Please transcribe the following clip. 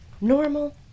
normal